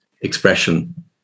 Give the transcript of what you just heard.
expression